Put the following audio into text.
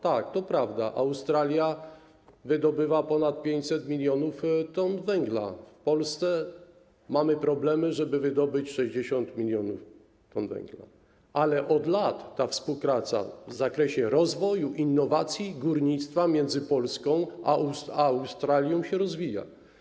Tak, to prawda, Australia wydobywa ponad 500 mln t węgla, w Polsce mamy problemy, żeby wydobyć 60 mln t, ale od lat ta współpraca w zakresie rozwoju górnictwa i innowacji między Polską a Australią się rozwija.